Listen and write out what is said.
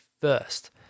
first